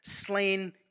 slain